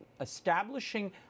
establishing